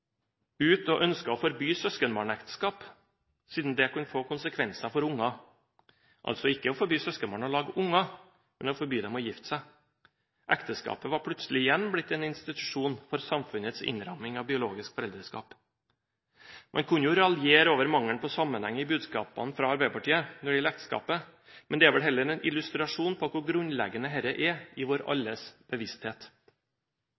ut og ønsket å forby søskenbarnekteskap siden det kunne få konsekvenser for barn – altså ikke å forby søskenbarn å lage barn, men å forby dem å gifte seg. Ekteskapet var plutselig igjen blitt en institusjon for samfunnets innramming av biologisk foreldreskap. Man kunne jo raljere over mangelen på sammenheng i budskapene fra Arbeiderpartiet når det gjelder ekteskapet, men det er vel heller en illustrasjon på hvor grunnleggende dette er i